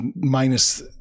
minus